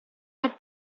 had